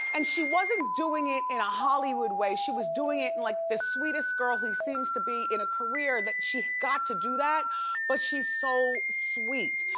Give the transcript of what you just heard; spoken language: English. and she wasn't doing it in a hollywood way, she was doing it in like the sweetest girl who seems to be in a career that she's got to do that but she's so sweet.